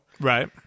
Right